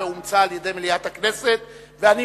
ובכן,